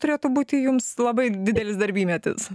turėtų būti jums labai didelis darbymetis